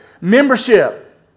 Membership